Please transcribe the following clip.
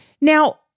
now